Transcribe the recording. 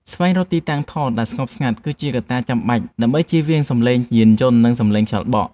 ស្វែងរកទីតាំងថតដែលស្ងប់ស្ងាត់គឺជាកត្តាចាំបាច់ដើម្បីចៀសវាងសំឡេងយានយន្ត ឬ សំឡេងខ្យល់បក់។